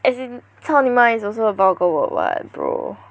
as in 操你妈 is also a vulgar word [what] bro